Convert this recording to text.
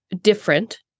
different